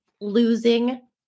losing